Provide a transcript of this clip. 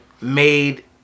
made